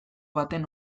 baten